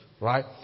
Right